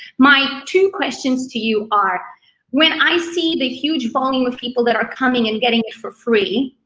my two questions to you are when i see the huge volume of people that are coming and getting it for free,